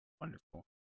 wonderful